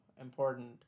important